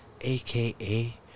AKA